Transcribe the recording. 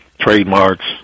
trademarks